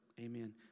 Amen